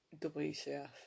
WCF